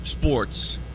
sports